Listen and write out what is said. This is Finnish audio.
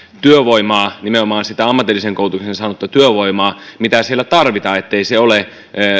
työvoimaa nimenomaan sitä ammatillisen koulutuksen saanutta työvoimaa mitä siellä tarvitaan ettei se ole